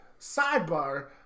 Sidebar